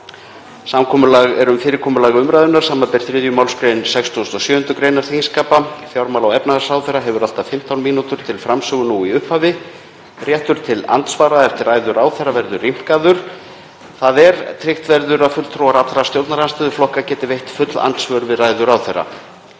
Samkomulag er um fyrirkomulag umræðunnar, sbr. 3. mgr. 67. gr. þingskapa. Fjármála- og efnahagsráðherra hefur allt að 15 mínútur til framsögu nú í upphafi. Réttur til andsvara eftir ræðu ráðherra verður rýmkaður, þ.e. tryggt verður að fulltrúar allra stjórnarandstöðuflokka geti veitt full andsvör við ræðu ráðherra.